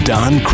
Don